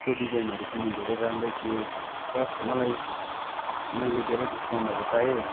त्यसको डिजाइनहरू पनि धेरै राम्रै थियो प्लस मलाई मैले धेरै डिसकाउन्टहरू पाएँ